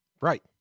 right